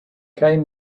came